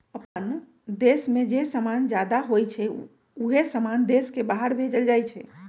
अप्पन देश में जे समान जादा होई छई उहे समान देश के बाहर भेजल जाई छई